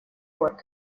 год